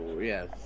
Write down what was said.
Yes